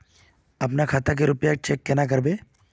अपना खाता के रुपया चेक केना करबे?